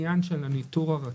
הניטור הרציף.